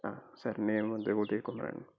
ஆ sir name வந்து உதயகுமார்